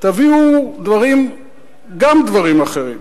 תביאו גם דברים אחרים.